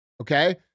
Okay